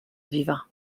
vivant